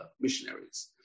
missionaries